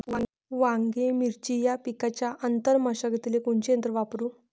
वांगे, मिरची या पिकाच्या आंतर मशागतीले कोनचे यंत्र वापरू?